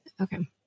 Okay